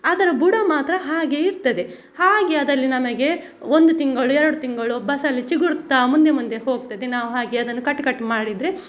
ಅದರ ಬುಡ ಮಾತ್ರ ಹಾಗೆ ಇರ್ತದೆ ಹಾಗೆ ಅದಲ್ಲಿ ನಮಗೆ ಒಂದು ತಿಂಗಳು ಎರಡು ತಿಂಗಳು ಬಸಳೆ ಚಿಗುರುತ್ತಾ ಮುಂದೆ ಮುಂದೆ ಹೋಗ್ತದೆ ನಾವು ಹಾಗೆ ಅದನ್ನು ಕಟ್ ಕಟ್ ಮಾಡಿದರೆ